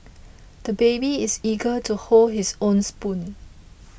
the baby is eager to hold his own spoon